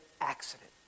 accident